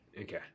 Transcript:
okay